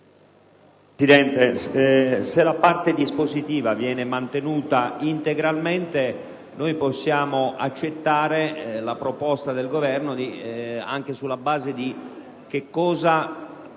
Presidente, se la parte dispositiva viene mantenuta integralmente possiamo accettare la proposta del Governo, anche sulla base di cosa